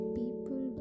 people